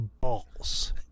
balls